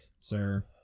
sir